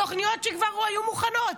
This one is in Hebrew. תוכניות שכבר היו מוכנות.